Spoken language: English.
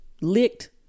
licked